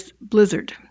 blizzard